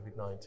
COVID-19